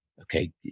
okay